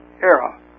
era